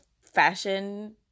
fashion